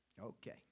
Okay